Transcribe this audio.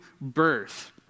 birth